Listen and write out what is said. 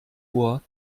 vor